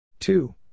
Two